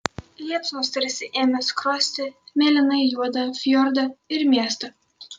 liepsnos tarsi ėmė skrosti mėlynai juodą fjordą ir miestą